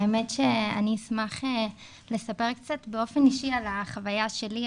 האמת שאני אשמח לספר קצת באופן אישי על החוויה שלי,